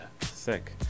Sick